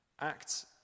Acts